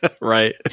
right